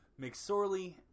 McSorley